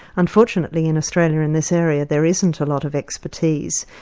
unfortunately in australia in this area there isn't a lot of expertise,